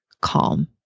calm